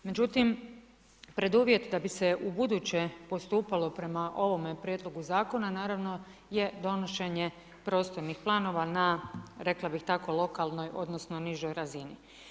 Međutim, preduvjet da bi se ubuduće postupalo prema ovome prijedlogu zakona naravno je donošenje prostornih planova na, rekla bih tako lokalnoj, odnosno nižoj razini.